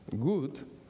good